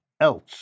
else